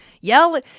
yell